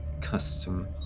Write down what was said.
custom